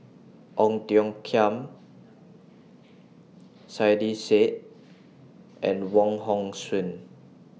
Ong Tiong Khiam Saiedah Said and Wong Hong Suen